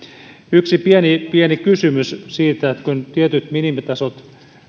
yksi pieni kysymys siitä että kun tietyt minimitasot